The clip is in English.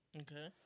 Okay